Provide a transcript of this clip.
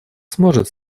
сможет